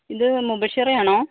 ഇത് മുബഷിറയാണോ